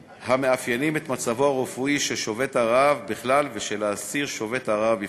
המאפיינים את מצבו הרפואי של שובת הרעב בכלל ושל האסיר שובת הרעב בפרט.